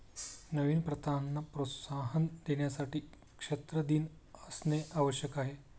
नवीन प्रथांना प्रोत्साहन देण्यासाठी क्षेत्र दिन असणे आवश्यक आहे